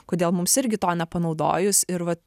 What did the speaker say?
kodėl mums irgi to nepanaudojus ir vat